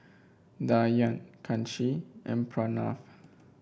Dhyan Kanshi and Pranav